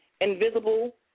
invisible